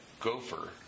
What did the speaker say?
gopher